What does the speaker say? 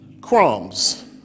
Crumbs